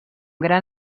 gran